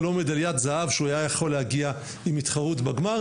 ולא מדליית זהב שהוא היה יכול להגיע עם התחרות בגמר,